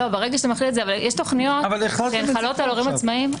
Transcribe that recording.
אבל יש תוכניות שחלות על הורים עצמאיים,